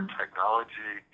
technology